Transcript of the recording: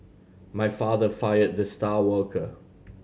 my father fired the star worker